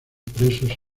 presos